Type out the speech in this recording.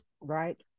right